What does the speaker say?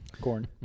Corn